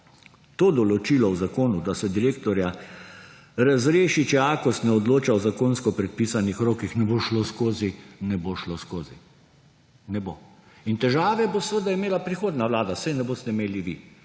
to določilo v zakonu, da se direktorja razreši, če Akos ne odloča v zakonsko predpisanih rokih, ne bo šlo skozi. Ne bo šlo skozi. Ne bo. In težave bo seveda imela prihodnja vlada, saj jih ne boste imeli vi.